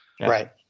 right